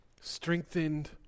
Strengthened